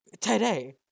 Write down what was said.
today